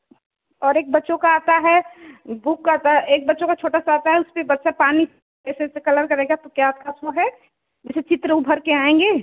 और एक बच्चों का आता है बुक का आता है एक बच्चों का छोटा सा आता है उसपे बच्चा पानी जैसे जैसे कलर करेगा तो क्या आप पास वह है जैसे चित्र उभर कर आएँगे